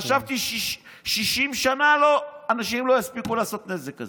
חשבתי ש-60 שנה אנשים לא יספיקו לעשות נזק כזה.